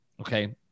okay